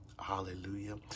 Hallelujah